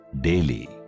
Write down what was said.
daily